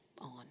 on